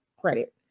credit